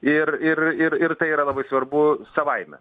ir ir ir ir tai yra labai svarbu savaime